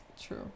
true